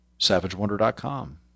savagewonder.com